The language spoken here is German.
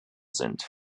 sind